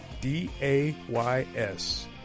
D-A-Y-S